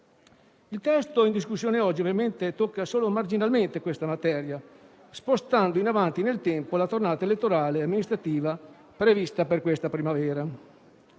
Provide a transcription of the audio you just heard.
in discussione oggi tocca solo marginalmente questa materia, spostando in avanti nel tempo la tornata elettorale amministrativa prevista per questa primavera.